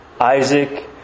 Isaac